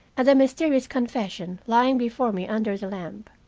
and the mysterious confession lying before me under the lamp.